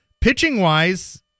Pitching-wise